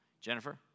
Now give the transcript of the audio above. Jennifer